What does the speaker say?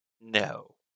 No